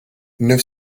neuf